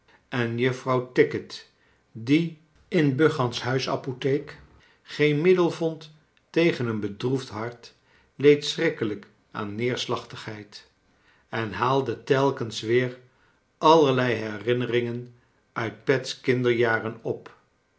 en juffronw tickit die in buchan's huisapotheek geen middel vond tegen een bedroefd hart leed sohrikkelijk aan neerslachtigheid en haalde telkens weer allerlei herinneringen uit pet's kinderjaren op